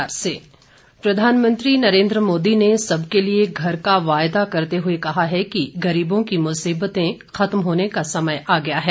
प्रधानमंत्री प्रधानमंत्री नरेन्द्र मोदी ने सबके लिए घर का वायदा करते हुए कहा है कि गरीबों की मुसीबतें रवत्म होने का समय आ गया है